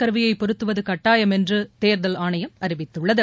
கருவியை பொருத்துவது கட்டாயம் என்று தேர்தல் ஆணையம் அறிவித்துள்ளது